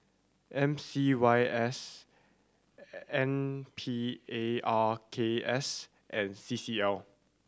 M C Y S N Parks and C C L